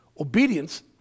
obedience